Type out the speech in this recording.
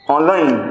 Online